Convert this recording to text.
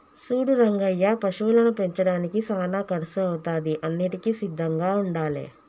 సూడు రంగయ్య పశువులను పెంచడానికి సానా కర్సు అవుతాది అన్నింటికీ సిద్ధంగా ఉండాలే